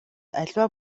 аливаа